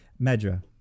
Medra